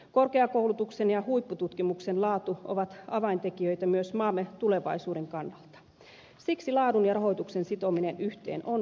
korkeakoulutuksen ja huippututkimuksen laatu ovat avaintekijöitä myös maamme tulevaisuuden kannalta siksi laadun ja rahoituksen sitominen yhteen on hyvä ratkaisu